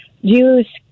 Use